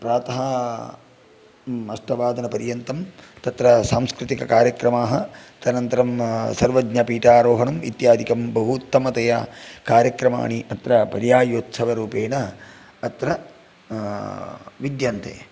प्रातः अष्टवादनपर्यन्तं तत्र सांस्कृतिककार्यक्रमाः तदनन्तरं सर्वज्ञपीठारोहणम् इत्यादिकं बहूत्तमतया कार्यक्रमाणि अत्र पर्यायोत्सवरूपेण अत्र विद्यन्ते